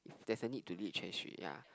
if there's a need to delete chat history ya